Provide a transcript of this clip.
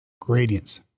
Gradients